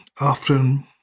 often